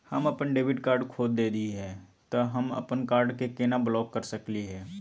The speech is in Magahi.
हम अपन डेबिट कार्ड खो दे ही, त हम अप्पन कार्ड के केना ब्लॉक कर सकली हे?